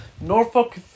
Norfolk